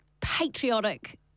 patriotic